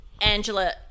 Angela